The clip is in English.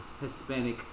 Hispanic